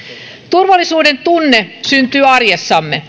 turvallisuudentunne syntyy arjessamme